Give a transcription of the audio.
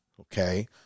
okay